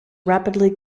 rapidly